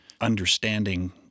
understanding